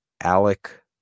Alec